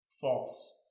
false